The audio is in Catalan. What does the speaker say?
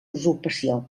usurpació